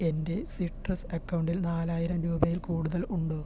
എൻ്റെ സിട്രസ് അക്കൗണ്ടിൽ നാലായിരം രൂപയിൽ കൂടുതൽ ഉണ്ടോ